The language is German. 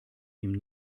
ihm